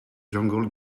jungle